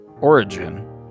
Origin